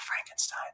Frankenstein